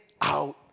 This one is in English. out